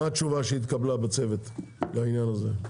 מה התשובה שהתקבלה לעניין הזה?